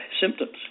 symptoms